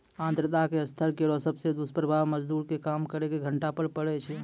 आर्द्रता के स्तर केरो सबसॅ दुस्प्रभाव मजदूर के काम करे के घंटा पर पड़ै छै